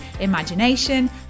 imagination